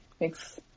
makes